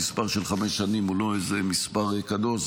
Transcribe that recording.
המספר של חמש שנים הוא לא איזה מספר קדוש,